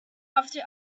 after